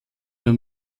nur